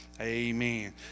Amen